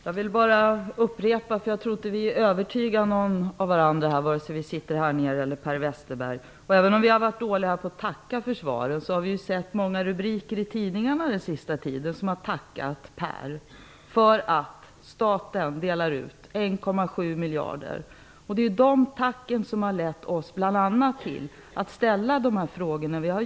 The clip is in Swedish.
Fru talman! Jag vill upprepa min fråga. Jag tror inte att vare sig vi eller Per Westerberg kan övertyga varandra. Även om vi har varit dåliga på att tacka för svaret, har det i stället funnits rubriker i tidningar den senaste tiden som har tackat Per för att staten delar ut 1,7 miljarder kronor. Det är de tacken som har lett fram till att vi har ställt dessa frågor.